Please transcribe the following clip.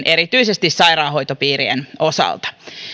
erityisesti sairaanhoitopiirien osalta